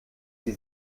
sie